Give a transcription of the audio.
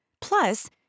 Plus